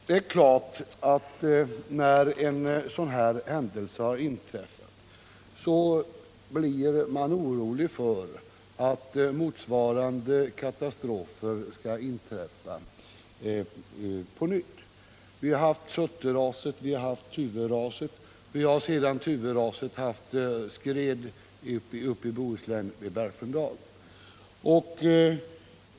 Det är klart att när en händelse som den i Tuve har inträffat blir man orolig för att en motsvarande katastrof kan inträffa på nytt. Vi har haft Surteraset och Tuveraset, och vi har efter Tuveraset haft skred i Bohuslän vid Bärfendal.